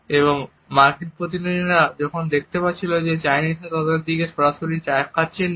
এবং মার্কিন প্রতিনিধিরা যখন দেখতে পাচ্ছিলেন যে চাইনিজরা তাদের দিকে সরাসরি তাকাচ্ছেন না